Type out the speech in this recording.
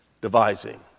devising